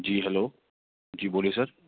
جی hello جی بولیے سر